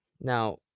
Now